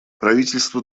правительство